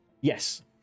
Yes